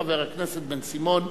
חבר הכנסת בן-סימון.